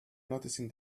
noticing